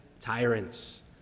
tyrants